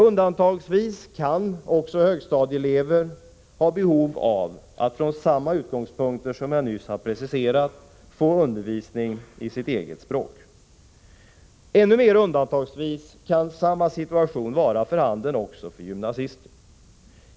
Undantagsvis kan också högstadieelever ha behov av att från samma utgångspunkter som jag nyss här preciserat få undervisning i sitt eget språk. Ännu mera undantagsvis kan samma situation vara för handen också för gymnasister.